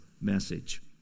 message